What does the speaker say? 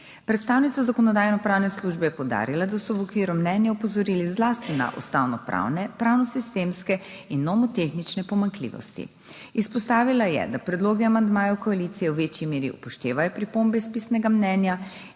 Predstavnica Zakonodajno-pravne službe je poudarila, da so v okviru mnenja opozorili zlasti na ustavnopravne, pravnosistemske in nomotehnične pomanjkljivosti. Izpostavila je, da predlogi amandmajev koalicije v večji meri upoštevajo pripombe iz pisnega mnenja